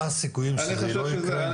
מה הסיכויים שזה לא יתקיים?